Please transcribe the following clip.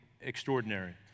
extraordinary